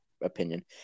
opinion